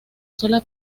sola